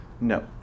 No